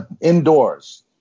Indoors